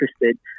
interested